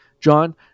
John